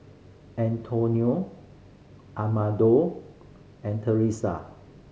Antonio Amado and Teressa